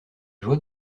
joie